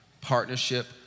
partnership